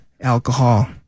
alcohol